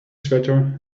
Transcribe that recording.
sweater